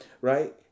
right